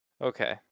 Okay